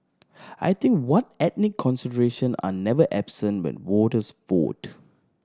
I think what ethnic consideration are never absent when voters vote